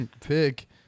pick